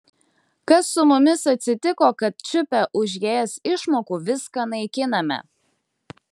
kas su mumis atsitiko kad čiupę už es išmokų viską naikiname